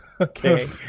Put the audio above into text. Okay